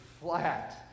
flat